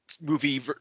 movie